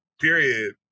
Period